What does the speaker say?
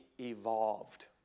evolved